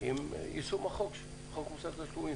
עם יישום חוק מוסר תשלומים.